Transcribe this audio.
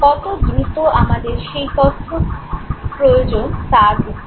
কত দ্রুত আমাদের সেই তথ্য প্রয়োজন তার ওপর